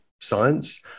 science